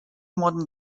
modern